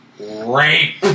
Rape